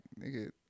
nigga